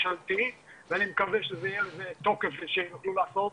ממשלתי ואני מקווה שיהיה לו תוקף כדי שיוכל לעשות.